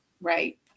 Right